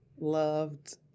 loved